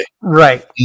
right